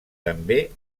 també